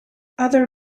other